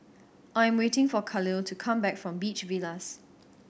I am waiting for Khalil to come back from Beach Villas